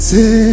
Say